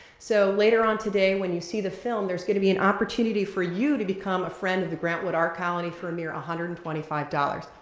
so, later on today, when you see the film, there's gonna be an opportunity for you to become a friend of the grant wood art colony for a mere one ah hundred and twenty five dollars,